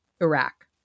Iraq